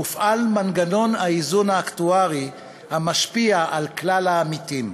מופעל מנגנון האיזון האקטוארי המשפיע על כלל העמיתים.